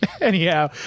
Anyhow